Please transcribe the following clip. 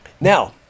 Now